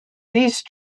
these